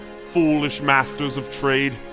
foolish masters of trade,